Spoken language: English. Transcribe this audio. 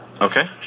Okay